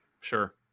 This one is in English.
sure